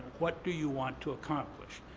what do you want to accomplish?